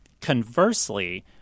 Conversely